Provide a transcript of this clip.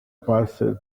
passed